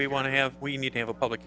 we want to have we need to have a public